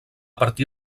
partir